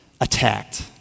attacked